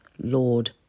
Lord